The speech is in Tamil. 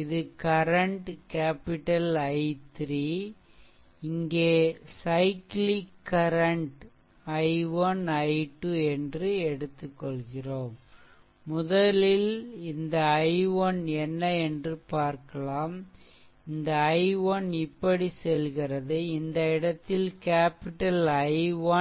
இது கரண்ட் கேப்பிடல் I3 இங்கே சைக்ளிக் கரண்ட் i1i2 என்று எடுத்துக்கொள்கிறோம் முதலில் இந்த i1 என்ன என்று பார்க்கலாம் இந்த i1 இப்படி செல்கிறதுஇந்த இடத்தில் கேப்பிடல் I1 i1